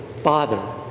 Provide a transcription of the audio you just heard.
Father